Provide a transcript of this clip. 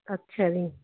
ਅੱਛਾ ਜੀ